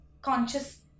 conscious